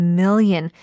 million